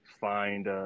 find